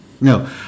No